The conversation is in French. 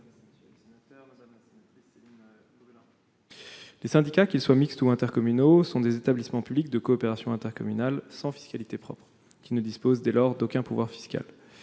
Les syndicats, qu'ils soient mixtes ou intercommunaux, sont des établissements publics de coopération intercommunale sans fiscalité propre. Dès lors, ils ne disposent d'aucun pouvoir fiscal.